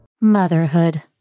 Motherhood